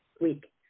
week